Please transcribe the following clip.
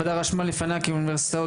הוועדה רשמה לפניה כי האוניברסיטאות